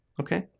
okay